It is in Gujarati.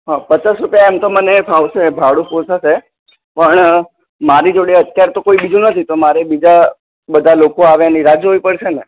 હં પચાસ રૂપિયા એમ તો મને ફાવશે ભાડું પોસાશે પણ મારી જોડે અત્યારે તો કોઈ બીજું નથી તો મારે બીજા બધા લોકો આવે એની રાહ જોવી પડશે ને